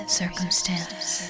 circumstance